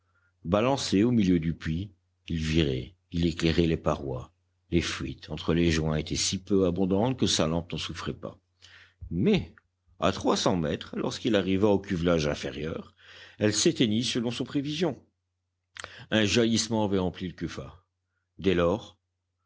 balancé au milieu du puits il virait il éclairait les parois les fuites entre les joints étaient si peu abondantes que sa lampe n'en souffrait pas mais à trois cents mètres lorsqu'il arriva au cuvelage inférieur elle s'éteignit selon ses prévisions un jaillissement avait empli le cuffat dès lors